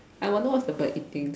I wonder what's the bird eating